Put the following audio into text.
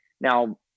Now